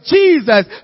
Jesus